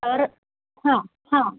तर हां हां